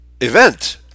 event